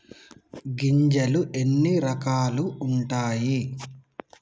గింజలు ఎన్ని రకాలు ఉంటాయి?